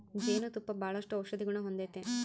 ಜೇನು ತುಪ್ಪ ಬಾಳಷ್ಟು ಔಷದಿಗುಣ ಹೊಂದತತೆ